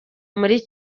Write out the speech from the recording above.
muri